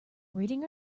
reading